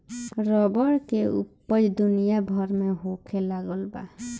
rubber के ऊपज दुनिया भर में होखे लगल बा